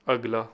ਅਗਲਾ